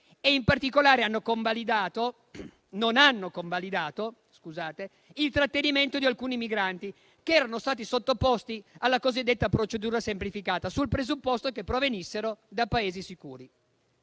In particolare, non hanno convalidato il trattenimento di alcuni migranti che erano stati sottoposti alla cosiddetta procedura semplificata, sul presupposto che provenissero da Paesi sicuri.